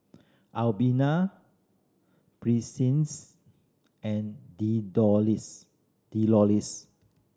Albina and Delois